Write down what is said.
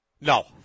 No